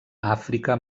àfrica